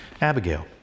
Abigail